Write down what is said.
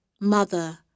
mother